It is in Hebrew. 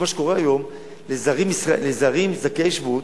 מה שקורה היום לזרים זכאי שבות,